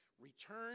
Return